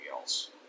else